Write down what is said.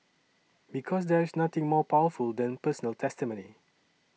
because there is nothing more powerful than personal testimony